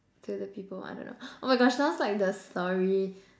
to the people I don't know oh my gosh sounds like the story